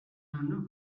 are